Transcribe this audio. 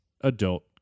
adult